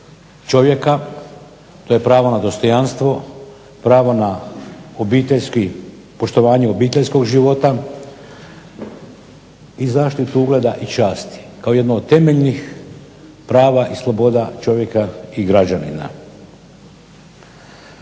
čovjeka, to je pravo na dostojanstvo, pravo na obiteljski, poštovanje obiteljskog života i zaštitu ugleda i časti kao jedno od temeljnih prava i sloboda čovjeka i građanina.